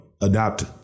adopt